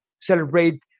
celebrate